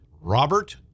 Robert